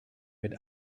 mit